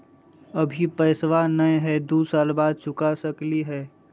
अभि पैसबा नय हय, दू साल बाद चुका सकी हय?